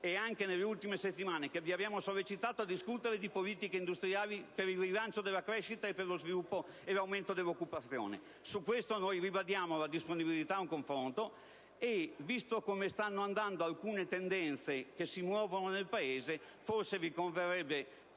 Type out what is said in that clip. anche nelle ultime settimane) che vi sollecitiamo a discutere di politiche industriali per il rilancio della crescita e per lo sviluppo e l'aumento dell'occupazione. Su questo ribadiamo la disponibilità ad un confronto e, visto come stanno andando alcune tendene che si muovono nel Paese, forse vi converrebbe